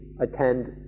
attend